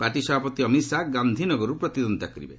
party ସଭାପତି ଅମିତ ଶାହା ଗାନ୍ଧି ନଗରରୁ ପ୍ରତିଦ୍ୱନ୍ଦୀତା କରିବେ